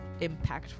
impactful